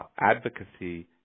advocacy